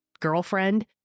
girlfriend